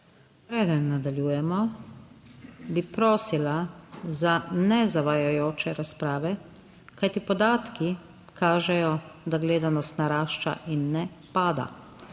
Preden nadaljujemo, bi prosila za nezavajajoče razprave, kajti podatki kažejo, da gledanost narašča in ne pada.